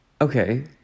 Okay